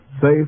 safe